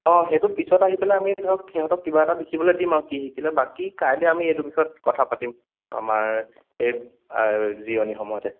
অঁ সেইটো পিছত আহি পেলাই আমি ধৰক সিহঁতক কিবা এটা লিখিবলৈ দিম আৰু কি শিকিলে বাকী কাইলৈ আমি এইটো বিষয়ত কথা পাতিম আমাৰ এই জিৰণি সময়তে